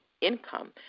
Income